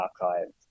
archives